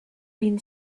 been